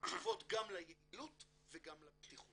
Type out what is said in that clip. גם ליעילות וגם לבטיחות.